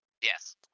Yes